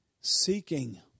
seeking